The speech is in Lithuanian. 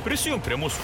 prisijunk prie mūsų